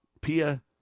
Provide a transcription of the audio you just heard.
Pia